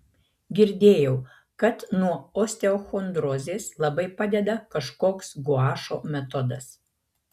girdėjau kad nuo osteochondrozės labai padeda kažkoks guašo metodas